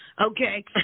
okay